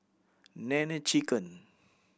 Nene Chicken